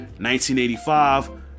1985